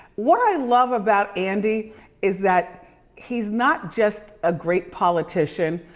what i love about andy is that he's not just a great politician,